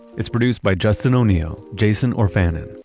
it's produced by justin o'neill, jason orfanon,